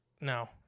No